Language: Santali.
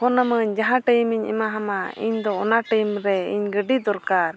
ᱟᱹᱢᱟᱹᱧ ᱡᱟᱦᱟᱸ ᱤᱧ ᱮᱢᱟᱢᱟ ᱤᱧᱫᱚ ᱚᱱᱟ ᱨᱮ ᱤᱧ ᱜᱟᱹᱰᱤ ᱫᱚᱨᱠᱟᱨ